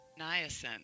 Niacin